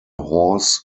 horse